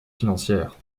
financières